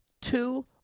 two